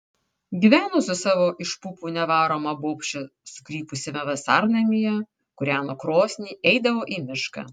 gyveno su savo iš pupų nevaroma bobše sukrypusiame vasarnamyje kūreno krosnį eidavo į mišką